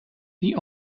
the